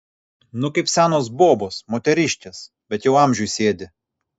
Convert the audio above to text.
nu kaip senos bobos moteriškės bet jau amžiui sėdi